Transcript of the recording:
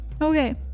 Okay